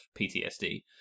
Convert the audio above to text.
PTSD